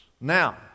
Now